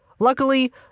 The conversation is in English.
Luckily